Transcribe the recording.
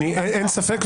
אין ספק,